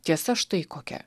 tiesa štai kokia